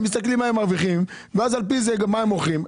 הם מסתכלים מה הם מרוויחים ואז על פי זה מה הם מוכרים.